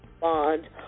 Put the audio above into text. bond